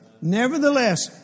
Nevertheless